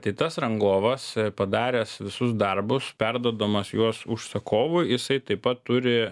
tai tas rangovas padaręs visus darbus perduodamas juos užsakovui jisai taip pat turi